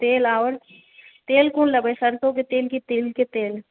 तेल आओर तेल कोनो लेबै सरसोंके तेल की तिलक तेल